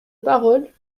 parole